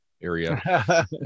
area